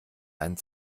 einen